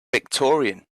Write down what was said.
victorian